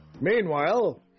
meanwhile